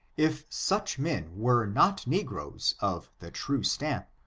if such men were not negroes of the true stamp,